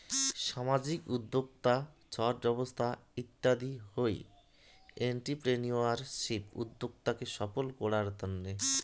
সামাজিক উদ্যক্তা, ছট ব্যবছা ইত্যাদি হউ এন্ট্রিপ্রেনিউরশিপ উদ্যোক্তাকে সফল করাঙ তন্ন